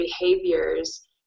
behaviors